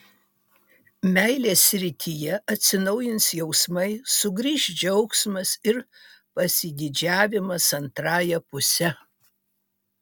meilės srityje atsinaujins jausmai sugrįš džiaugsmas ir pasididžiavimas antrąja puse